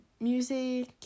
Music